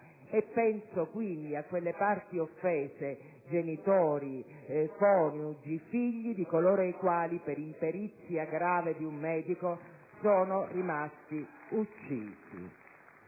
E penso, quindi, a quelle parti offese, genitori, coniugi, figli di coloro i quali per imperizia grave di un medico sono rimasti uccisi.